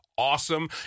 Awesome